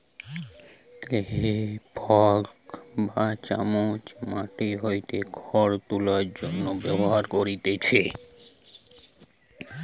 হে fork বা চামচ মাটি হইতে খড় তোলার জন্য ব্যবহার করতিছে